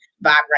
vibrate